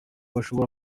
bashobora